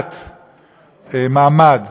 בהורדת מעמד